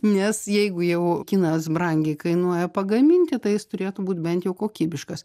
nes jeigu jau kinas brangiai kainuoja pagaminti tai jis turėtų būt bent jau kokybiškas